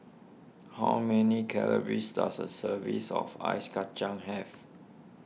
how many calories does a serving of Ice Kacang have